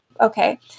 Okay